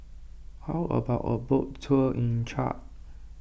how about a boat tour in Chad